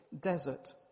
desert